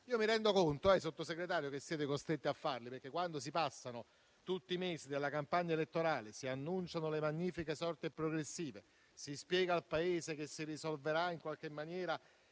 Mi rendo conto, signor Sottosegretario, che siete costretti a farlo, perché quando si passano tutti i mesi della campagna elettorale, annunciando le "magnifiche sorti e progressive", spiegando al Paese che si risolverà la crisi sociale,